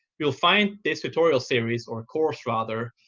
you'll find this tutorial series or course rather,